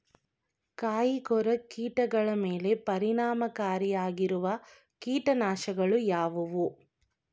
ಕಾಯಿಕೊರಕ ಕೀಟಗಳ ಮೇಲೆ ಪರಿಣಾಮಕಾರಿಯಾಗಿರುವ ಕೀಟನಾಶಗಳು ಯಾವುವು?